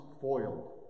foiled